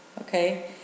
Okay